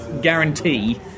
guarantee